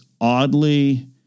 oddly